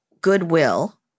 goodwill